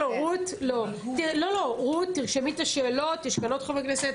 רות, תרשמי את השאלות, יש כאן עוד חברי כנסת.